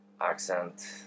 accent